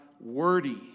wordy